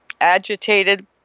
agitated